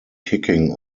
kicking